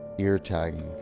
ear tagging,